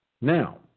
Now